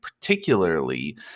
particularly